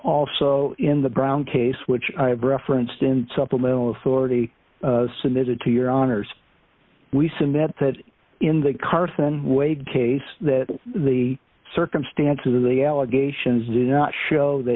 also in the brown case which i have referenced in supplemental authority submitted to your honor's we submit that in the carson way case that the circumstances of the allegations do not show th